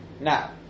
now